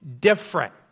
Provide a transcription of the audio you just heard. different